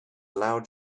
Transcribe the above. loud